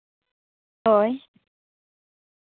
ᱦᱳᱭ